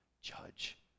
judge